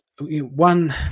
One